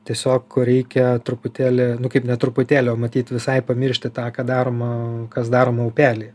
tiesiog reikia truputėlį nu kaip ne truputėlį o matyt visai pamiršti tą ką daroma kas daroma upelyje